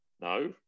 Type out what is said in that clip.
No